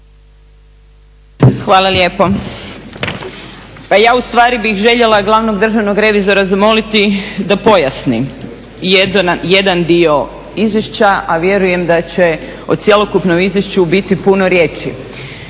Hvala lijepo. Pa ja ustvari bih željela glavnog državnog revizora zamoliti da pojasni jedan dio izvješća a vjerujem da će o cjelokupnom izvješću biti puno riječi